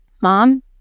mom